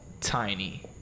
tiny